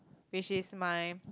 which is my